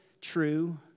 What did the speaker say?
true